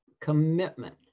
commitment